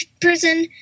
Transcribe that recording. prison